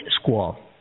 Squall